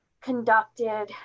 conducted